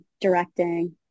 directing